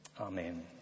amen